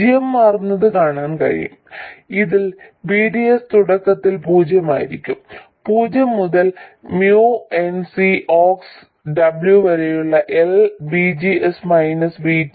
g m മാറുന്നത് കാണാൻ കഴിയും ഇതിൽ VDS തുടക്കത്തിൽ പൂജ്യമായിരിക്കും പൂജ്യം മുതൽ mu n C ox W വരെയുള്ള L VGS മൈനസ് VT